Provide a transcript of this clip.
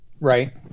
right